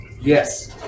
yes